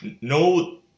No